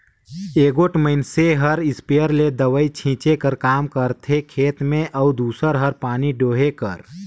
एगोट मइनसे हर इस्पेयर ले दवई छींचे कर काम करथे खेत में अउ दूसर हर पानी डोहे कर